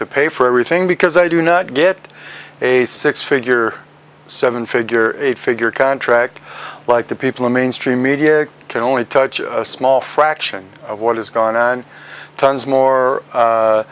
to pay for everything because i do not get a six figure seven figure eight figure contract like the people in mainstream media i can only touch a small fraction of what has gone on tons more